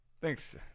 Thanks